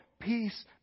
peace